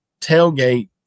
tailgate